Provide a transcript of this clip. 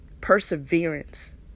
Perseverance